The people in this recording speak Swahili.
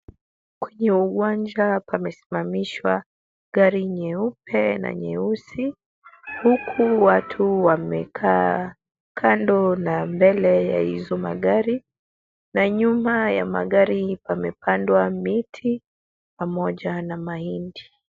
Kwenye uwanja pamesimamishwa gari nyeupe na nyeusi huku watu wamekaa kando na mbele ya hizo magari . Na nyuma ya magari pamepandwa miti pamoja na mahindi.